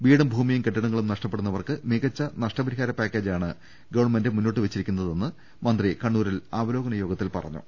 വീടും ഭൂമിയും കെട്ടിടങ്ങളും നഷ്ടപ്പെടുന്നവർക്ക് മികച്ച നഷ്ടപരിഹാര പാക്കേജാണ് ഗവൺമെന്റ് മുന്നോട്ട് വെച്ചിരിക്കുന്നതെന്ന് മന്ത്രി കണ്ണൂരിൽ അവലോകന യോഗ ത്തിൽ പറഞ്ഞു